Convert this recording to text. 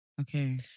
Okay